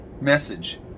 Message